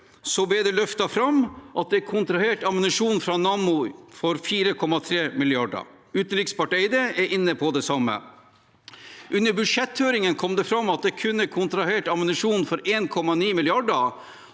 ble det løftet fram at det er kontrahert ammunisjon fra Nammo for 4,3 mrd. kr. Utenriksminister Barth Eide er inne på det samme. Under budsjetthøringen kom det fram at det kun er kontrahert ammunisjon for 1,9 mrd.